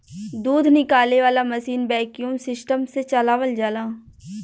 दूध निकाले वाला मशीन वैक्यूम सिस्टम से चलावल जाला